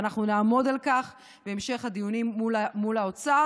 ואנחנו נעמוד על כך בהמשך הדיונים מול האוצר.